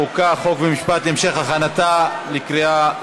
חוק ומשפט נתקבלה.